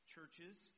Churches